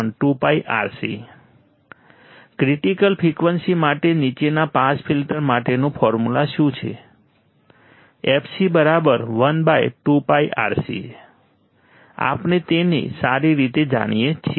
fc 1 2πRC critical frequency માટે નીચા pass filter માટેની ફોર્મ્યુલા શું છે fc 1 2 πRC આપણે તેને સારી રીતે જાણીએ છીએ